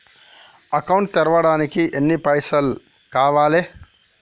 Account తెరవడానికి ఎన్ని పైసల్ కావాలే?